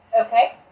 Okay